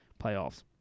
playoffs